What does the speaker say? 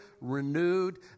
renewed